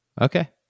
Okay